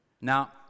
Now